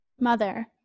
mother